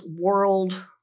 world